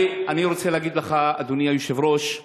אני רוצה להגיד לך, אדוני היושב-ראש,